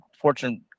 Fortune